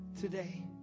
today